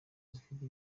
dufite